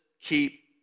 keep